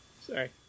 Sorry